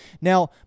Now